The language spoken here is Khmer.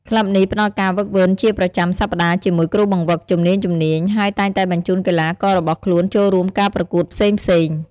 ក្លឹបនេះផ្ដល់ការហ្វឹកហ្វឺនជាប្រចាំសប្តាហ៍ជាមួយគ្រូបង្វឹកជំនាញៗ ហើយតែងតែបញ្ជូនកីឡាកររបស់ខ្លួនចូលរួមការប្រកួតផ្សេងៗ។